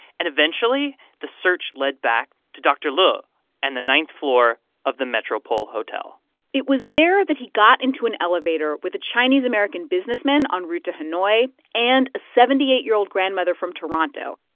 and eventually, the search led back to dr. liu and the ninth floor of the metropole hotel it was there that he got into an elevator with a chinese-american businessman en route to hanoi and a seventy eight year old grandmother from toronto.